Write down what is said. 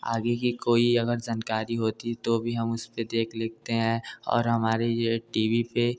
आगे कि कोई अगर जानकारी होती तो भी हम उस पर देख लेते हैं और हमारे ये टी वी पर